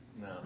No